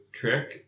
trick